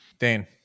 Dane